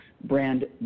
brand